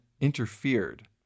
interfered